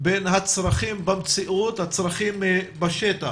בין הצרכים במציאות, הצרכים בשטח,